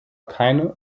keine